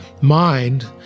mind